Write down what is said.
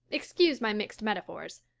excuse my mixed metaphors.